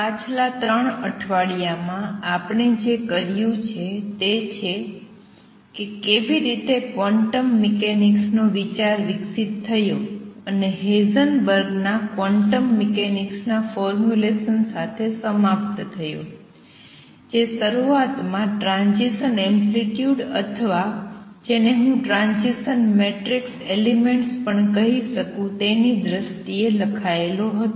પાછલા 3 અઠવાડિયામાં આપણે જે કર્યું છે તે છે કે કેવી રીતે ક્વોન્ટમ મિકેનિક્સ નો વિચાર વિકસિત થયો અને હેઇઝનબર્ગ ના ક્વોન્ટમ મિકેનિક્સ ના ફોર્મ્યુલેશન સાથે સમાપ્ત થયો જે શરૂઆત માં ટ્રાંઝીસન એમ્પ્લિટ્યુડ અથવા જેને હું ટ્રાંઝીસન મેટ્રિક્સ એલિમેંટ્સ પણ કહી શકું તેની દ્રષ્ટિએ લખાયેલ હતો